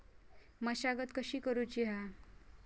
मशागत कशी करूची हा?